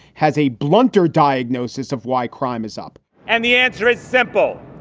has a blunter diagnosis of why crime is up and the answer is simple.